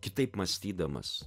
kitaip mąstydamas